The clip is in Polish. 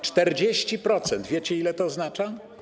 40% - wiecie, ile to oznacza?